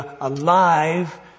alive